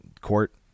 court